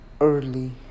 early